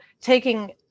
taking